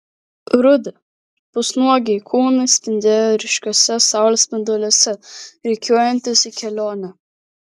rudi pusnuogiai kūnai spindėjo ryškiuose saulės spinduliuose rikiuojantis į kelionę